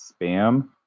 spam